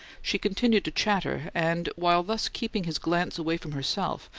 she continued to chatter, and, while thus keeping his glance away from herself,